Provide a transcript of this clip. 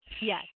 Yes